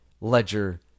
Ledger